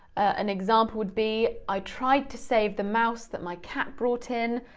an example would be, i tried to save the mouse that my cat brought in,